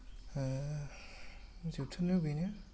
जोबथारनायाव बेनो